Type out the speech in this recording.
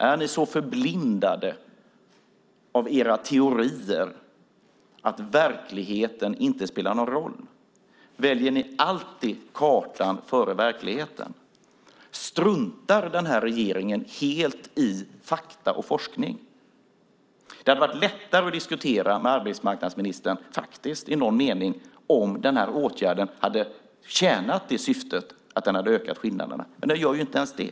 Är ni så förblindade av era teorier att verkligheten inte spelar någon roll? Väljer ni alltid kartan före verkligheten? Struntar regeringen helt i fakta och forskning? I någon mening hade det faktiskt varit lättare att diskutera med arbetsmarknadsministern om denna åtgärd hade tjänat syftet att öka skillnaderna, men den gör ju inte ens det.